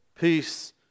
peace